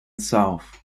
south